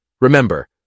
Remember